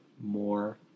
more